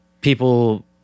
people